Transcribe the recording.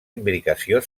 imbricació